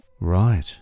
Right